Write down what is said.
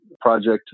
project